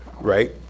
right